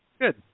good